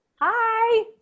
Hi